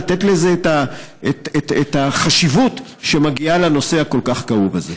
לתת לזה את החשיבות שמגיעה לנושא הכל-כך כאוב הזה.